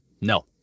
No